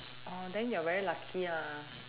oh then you are very lucky lah